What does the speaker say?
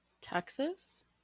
Texas